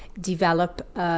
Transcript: develop